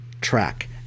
track